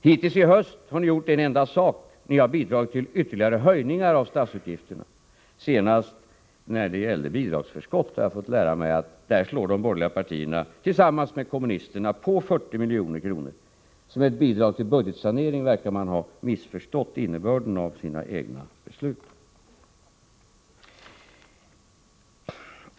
Hittills i höst har ni gjort en enda sak: ni har bidragit till ytterligare höjningar av statsutgifterna. Senast gällde det bidragsförskott, och jag fick då lära mig att de borgerliga partierna, tillsammans med kommunisterna, lägger på 40 milj.kr. Om det skulle vara ett bidrag till budgetsanering verkar de ha missförstått innebörden av sina egna beslut.